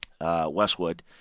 Westwood